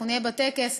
נהיה בטקס